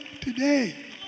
today